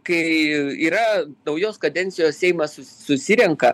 kai yra naujos kadencijos seimas sus susirenka